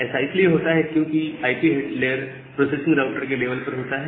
ऐसा इसलिए होता है क्योंकि आईपी लेयर प्रोसेसिंग राउटर के लेवल पर होता है